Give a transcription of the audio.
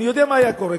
אני יודע מה היה קורה.